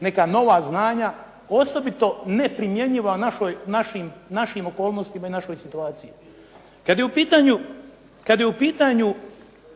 neka nova znanja osobito ne primjenjiva našim okolnostima i našoj situaciji. Kad je u pitanju